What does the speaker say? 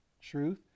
truth